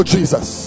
Jesus